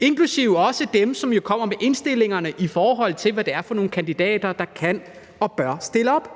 inklusive dem, som kommer med indstillingerne, i forhold til hvad det er for nogle kandidater, der kan og bør stille op.